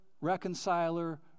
reconciler